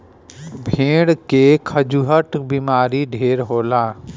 भेड़ के खजुहट के बेमारी ढेर होला